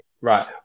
Right